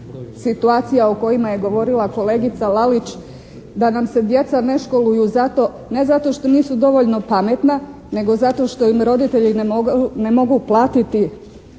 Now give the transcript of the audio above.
situacija o kojima je govorila kolegica Lalić, da nam se djeca ne školuju zato, ne zato što nisu dovoljno pametna nego zato što im roditelji ne mogu platiti